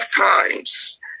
times